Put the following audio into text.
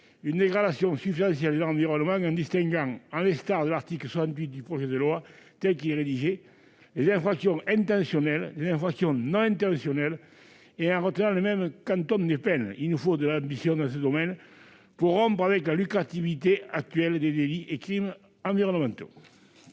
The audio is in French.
une dégradation substantielle de l'environnement, en distinguant, à l'instar de l'article 68 du projet de loi tel qu'il est issu des travaux de la commission, les infractions intentionnelles des infractions non intentionnelles et en retenant le même quantum des peines. Il nous faut de l'ambition dans ce domaine pour rompre avec le caractère lucratif actuel des délits et crimes environnementaux.